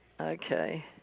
Okay